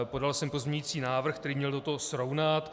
Podal jsem pozměňovací návrh, který měl toto srovnat.